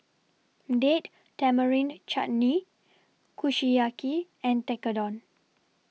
Date Tamarind Chutney Kushiyaki and Tekkadon